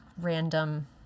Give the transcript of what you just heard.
random